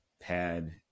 pad